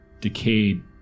decayed